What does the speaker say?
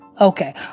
Okay